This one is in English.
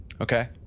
Okay